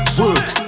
work